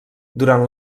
durant